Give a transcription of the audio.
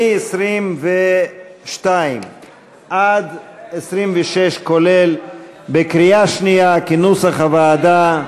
מ-22 עד 26 כולל, בקריאה שנייה, כנוסח הוועדה.